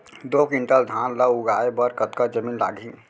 दो क्विंटल धान ला उगाए बर कतका जमीन लागही?